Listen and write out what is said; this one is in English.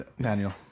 Daniel